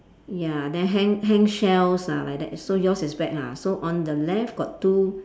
ya then hang hang shells ah like that so yours is bag ah so on the left got two